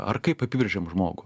ar kaip apibrėžiam žmogų